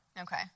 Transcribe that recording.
Okay